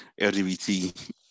LGBT